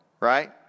right